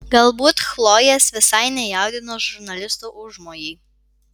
galbūt chlojės visai nejaudino žurnalisto užmojai